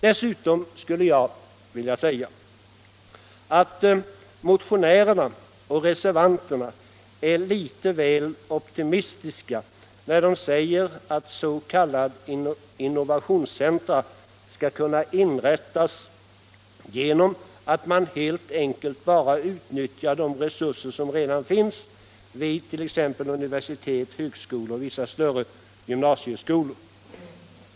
Dessutom skulle jag vilja säga, att motionärerna och reservanterna är litet väl optimistiska när de säger att s.k. innovationscentra skall kunna ”inrättas genom att man helt enkelt bara utnyttjar de resurser som redan finns vid t.ex. universitet, högskolor och vissa större gymnasieskolor”.